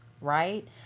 right